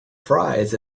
fries